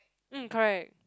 mm correct